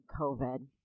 COVID